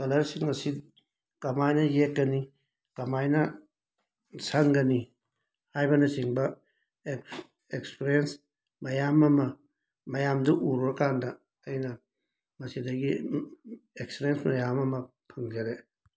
ꯀꯂꯔꯁꯤꯡ ꯑꯁꯤ ꯀꯃꯥꯏꯅ ꯌꯦꯛꯀꯅꯤ ꯀꯃꯥꯏꯅ ꯁꯪꯒꯅꯤ ꯍꯥꯏꯕꯅꯆꯤꯡꯕ ꯑꯦꯛꯁ ꯑꯦꯛꯁꯄꯔꯦꯟꯁ ꯃꯌꯥꯝ ꯑꯃ ꯃꯌꯥꯝꯗꯨ ꯎꯔꯨꯔꯀꯥꯟꯗ ꯑꯩꯅ ꯃꯁꯤꯗꯒꯤ ꯑꯦꯛꯔꯦꯟꯁ ꯃꯌꯥꯝ ꯑꯃ ꯐꯪꯖꯔꯦ